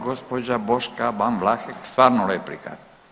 Gospođa Boška Ban Vlahek, stvarno replika.